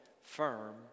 firm